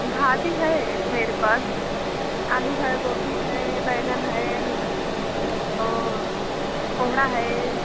भाजी है मेरे पास आलू है गोभी है बैंगन है और कोहड़ा है